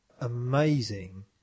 amazing